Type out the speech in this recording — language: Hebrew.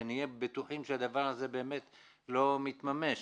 כשנהיה בטוחים שהדבר הזה באמת לא מתממש.